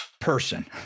person